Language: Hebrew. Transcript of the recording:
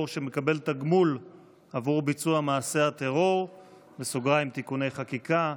שמקבל תגמול עבור ביצוע מעשה הטרור (תיקוני חקיקה),